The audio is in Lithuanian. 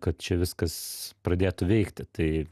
kad čia viskas pradėtų veikti tai